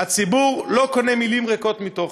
הציבור לא קונה מילים ריקות מתוכן.